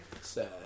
Sad